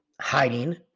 hiding